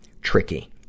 Tricky